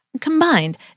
Combined